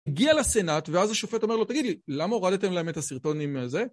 הגיע לסנאט, ואז השופט אומר לו, תגיד לי, למה הורדתם להם את הסרטון עם זה?